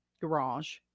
garage